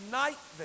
night